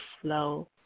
flow